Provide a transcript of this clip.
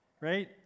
right